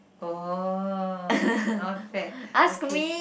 oh not fair okay